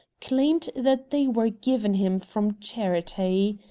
claimed that they were given him from charity.